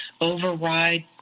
override